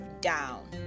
down